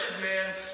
man